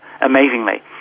amazingly